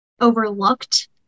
overlooked